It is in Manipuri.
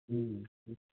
ꯎꯝ